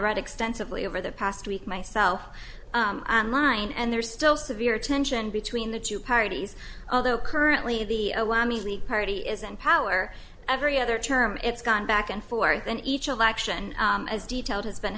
read extensively over the past week myself line and there's still severe tension between the two parties although currently the party is in power every other term it's gone back and forth and each election as detailed has been